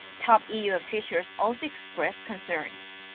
top eu officials also expressed concerns.